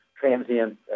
transient